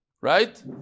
right